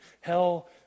Hell